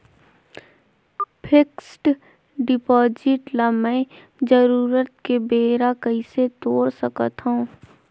Fixed deposit ल मैं जरूरत के बेरा कइसे तोड़ सकथव?